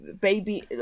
baby